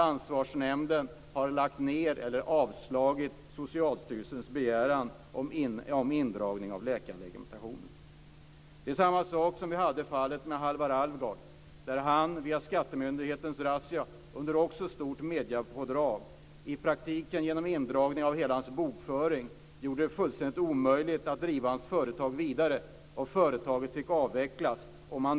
Ansvarsnämnden har lagt ned eller avslagit Socialstyrelsens begäran om indragning av läkarlegitimationen. Det är samma sak som vi hade i fallet med Halvar Alvgard, där skattemyndighetens razzia - också under stort mediepådrag - i praktiken genom indragning av hela hans bokföring gjorde det fullständigt omöjligt att driva företaget vidare. Företaget fick avvecklas.